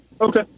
okay